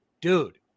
dude